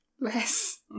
Yes